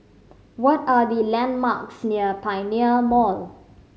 what are the landmarks near Pioneer Mall